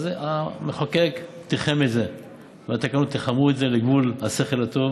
אז המחוקק תיחם את זה והתקנות תיחמו את זה לגבול השכל הטוב